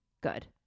good